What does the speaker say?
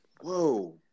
whoa